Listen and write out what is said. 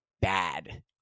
bad